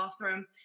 bathroom